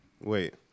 wait